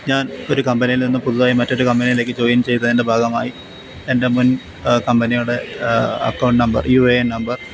ഞാൻ ഒരു കമ്പനിയിൽ നിന്നും പുതുതായി മറ്റൊരു കമ്പനിയിലേക്ക് ജോയ്ൻ ചെയ്തതിൻ്റെ ഭാഗമായി എൻ്റെ മുൻ കമ്പനിയുടെ account number U I number